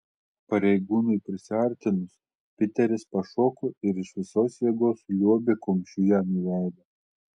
pareigūnui prisiartinus piteris pašoko ir iš visos jėgos liuobė kumščiu jam į veidą